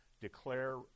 declare